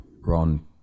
Ron